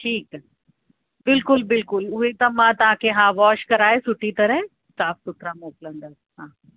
ठीकु आहे बिल्कुलु बिल्कुलु उहे त मां तव्हांखे हा वॉश कराए सुठी तरह साफ़ु सुथिरा मोकिलींदसि हा